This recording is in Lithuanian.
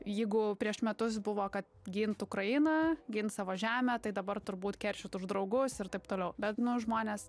jeigu prieš metus buvo kad gint ukrainą gint savo žemę tai dabar turbūt keršyt už draugus ir taip toliau bet nu žmonės